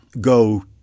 go